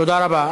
תודה רבה.